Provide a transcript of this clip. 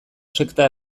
sekta